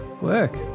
work